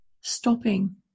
stopping